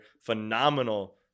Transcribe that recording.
phenomenal